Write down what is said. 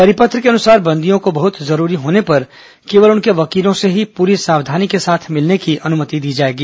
परिपत्र के अनुसार बंदियों को बहत जरूरी होने पर केवल उनके वकीलों से ही पूरी सावधानी के साथ मिलने की अनुमति दी जाएगी